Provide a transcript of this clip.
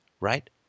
right